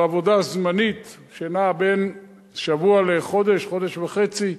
זו עבודה זמנית שנעה בין שבוע לחודש, חודש וחצי.